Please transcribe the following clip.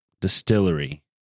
Distillery